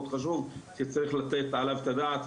מאוד חשוב שצריך לתת עליו את הדעת,